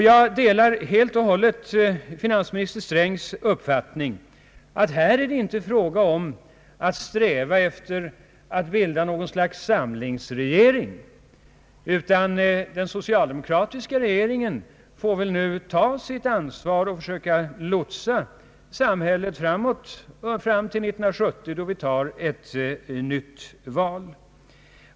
Jag delar helt och hållet finansminister Strängs uppfattning att det här inte är fråga om att sträva efter att bilda något slags samlingsregering. Den socialdemokratiska regeringen får väl nu ta sitt ansvar och försöka lotsa samhället framåt till 1970, då vi får ett nytt val.